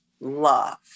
love